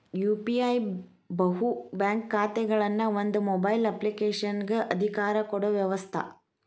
UPI ಬಹು bank ಖಾತೆಗಳನ್ನ ಒಂದ ಮೊಬೈಲ್ ಅಪ್ಲಿಕೇಶನಗ ಅಧಿಕಾರ ಕೊಡೊ ವ್ಯವಸ್ತ